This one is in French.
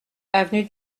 avenue